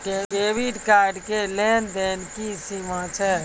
Credit card के लेन देन के की सीमा छै?